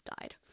died